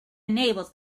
enables